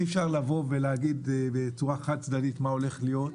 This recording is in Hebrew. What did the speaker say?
אי אפשר לבוא ולהגיד בצורה חד-צדדית מה הולך להיות.